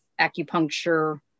acupuncture